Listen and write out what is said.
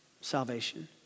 salvation